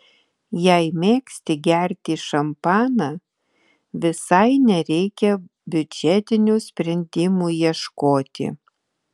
jei mėgsti gerti šampaną visai nereikia biudžetinių sprendimų ieškoti